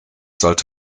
sollte